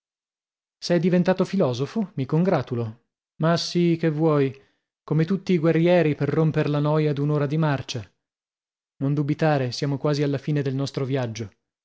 sei diventato filosofo mi congratulo ma sì che vuoi come tutti i guerrieri per romper la noia d'un'ora di marcia non dubitare siamo quasi alla fine del nostro viaggio